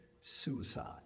suicide